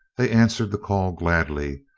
they answered the call gladly,